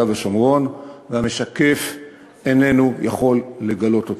ושומרון והמשקף איננו יכול לגלות אותם.